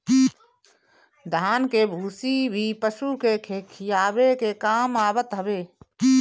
धान के भूसी भी पशु के खियावे के काम आवत हवे